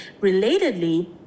relatedly